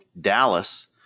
Dallas